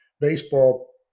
Baseball